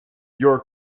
your